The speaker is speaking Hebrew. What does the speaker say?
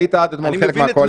היית עד אתמול חלק מהקואליציה.